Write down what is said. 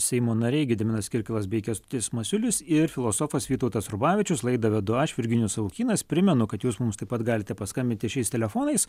seimo nariai gediminas kirkilas bei kęstutis masiulis ir filosofas vytautas rubavičius laidą vedu aš virginijus savukynas primenu kad jūs mums taip pat galite paskambinti šiais telefonais